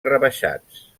rebaixats